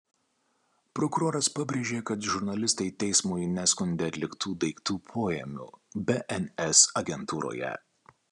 prokuroras pabrėžė kad žurnalistai teismui neskundė atliktų daiktų poėmių bns agentūroje